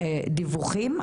דיווחים.